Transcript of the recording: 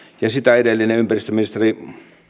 ja sitä edellinen ympäristöministeri